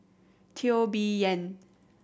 Teo Bee Yen